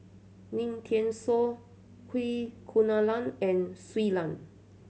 Lim Thean Soo Kunalan and Shui Lan